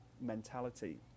mentality